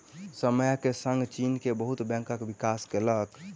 समय के संग चीन के बहुत बैंक विकास केलक